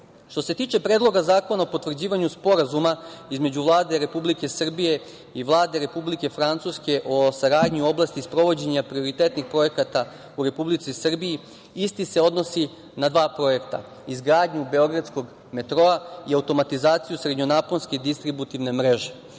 se tiče Predloga zakona o potvrđivanju Sporazuma između Vlade Republike Srbije i Vlade Republike Francuske o saradnji u oblasti sprovođenja prioritetnih projekata u Republici Srbiji, isti se odnosi na dva projekta – izgradnju beogradskog metroa i automatizaciju srednjonaponske distributivne